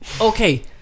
Okay